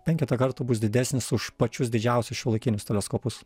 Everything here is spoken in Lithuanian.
penketą kartų bus didesnis už pačius didžiausius šiuolaikinius teleskopus